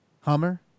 Hummer